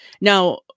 Now